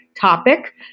topic